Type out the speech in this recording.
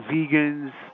Vegans